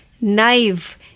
naive